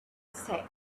said